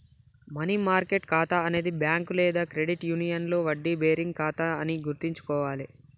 money market ఖాతా అనేది bank లేదా క్రెడిట్ యూనియన్లో వడ్డీ బేరింగ్ ఖాతా అని గుర్తుంచుకోవాలే